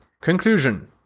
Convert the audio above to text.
Conclusion